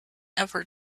effort